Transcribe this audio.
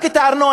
רק את הארנונה.